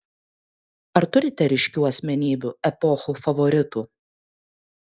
ar turite ryškių asmenybių epochų favoritų